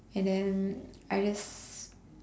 and then I just